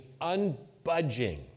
unbudging